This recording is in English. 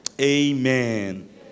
Amen